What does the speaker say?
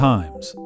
Times